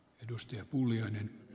arvoisa puhemies